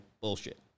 bullshit